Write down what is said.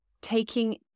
taking